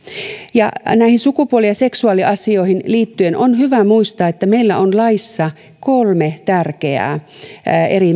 ja näihin sukupuoli ja seksuaaliasioihin liittyen on hyvä muistaa että meillä on laissa kolme tärkeää eri